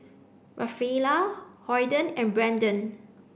Rafaela Holden and Brendan